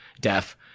deaf